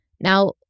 Now